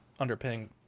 underpaying